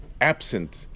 absent